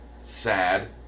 sad